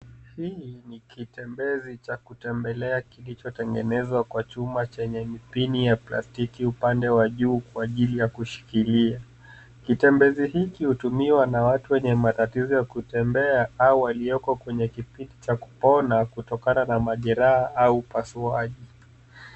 Hii ni kitembezi cha kutembelea kilicho tengenezwa kwa chuma chenye mpini ya plastiki upande wa juu kwa ajili ya kushikilia. Kitembezi hiki hutumiwa na watu wenye matatizo ya kutembea au walioko kwenye kipindi cha kupona kutokana na majeraha au upasuaji.